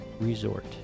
resort